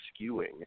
skewing